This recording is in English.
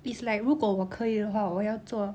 it's like 如果我可以的话我要做